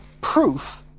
proof